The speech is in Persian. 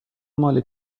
مال